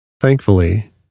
Thankfully